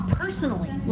personally